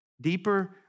deeper